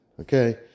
okay